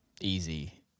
easy